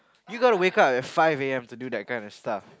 you gotta wake up at five a_m to do that kind of stuff